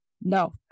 no